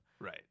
Right